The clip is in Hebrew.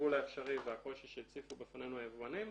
הבלבול האפשרי והקושי שהציפו בפנינו היבואנים,